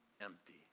empty